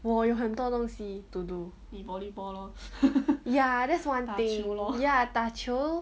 我有很多东西 to do ya that's one thing ya 打球